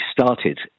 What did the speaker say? started